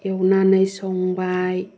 एवनानै संबाय